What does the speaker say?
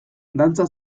dantza